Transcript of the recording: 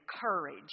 courage